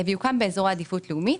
ויוקם באזור עדיפות לאומית,